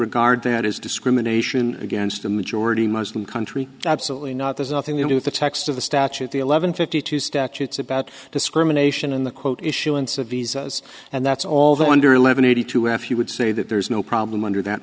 regard that as discrimination against a majority muslim country absolutely not there's nothing to do with the text of the statute the eleven fifty two statutes about discrimination in the quote issuance of visas and that's all that under eleven eighty two half you would say that there's no problem under that